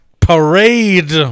parade